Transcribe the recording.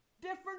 different